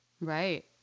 Right